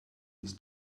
his